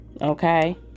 Okay